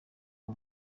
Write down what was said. uwo